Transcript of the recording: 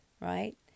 right